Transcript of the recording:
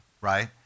right